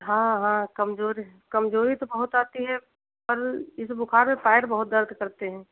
हाँ हाँ कमज़ोरी कमज़ोरी तो बहुत आती है पर इस बुख़ार में पैर बहुत दर्द करते हैं